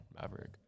Maverick